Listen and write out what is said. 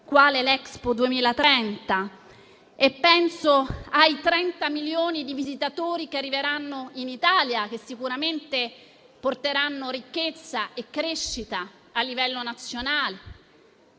l'Expo 2030. Penso ai 30 milioni di visitatori che arriveranno in Italia, che sicuramente porteranno ricchezza e crescita a livello nazionale.